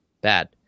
bad